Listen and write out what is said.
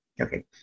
Okay